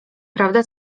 prawda